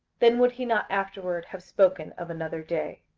then would he not afterward have spoken of another day.